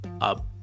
up